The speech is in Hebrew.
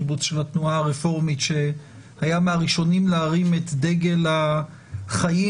קיבוץ של התנועה הרפורמית שהיה מהראשונים להרים את דגל החיים